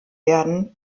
werden